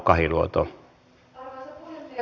arvoisa puhemies